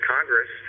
Congress